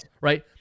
Right